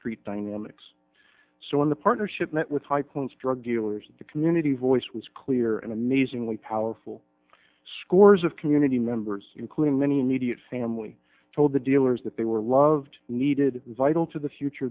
street dynamics so in the partnership that with high points drug dealers and the community voice was clear and amazingly powerful scores of community members including many immediate family told the dealers that they were loved needed vital to the future